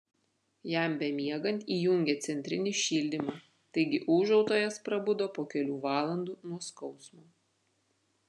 jam bemiegant įjungė centrinį šildymą taigi ūžautojas prabudo po kelių valandų nuo skausmo